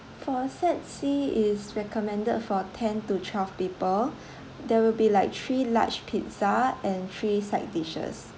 for set C it's recommended for ten to twelve people there will be like three large pizza and three side dishes